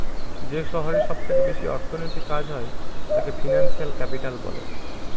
যে শহরে সব থেকে বেশি অর্থনৈতিক কাজ হয় তাকে ফিনান্সিয়াল ক্যাপিটাল বলে